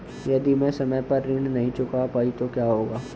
यदि मैं समय पर ऋण नहीं चुका पाई तो क्या होगा?